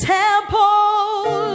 temple